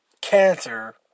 cancer